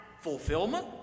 fulfillment